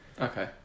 Okay